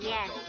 Yes